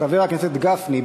חבר הכנסת גפני.